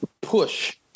push